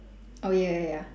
oh ya ya ya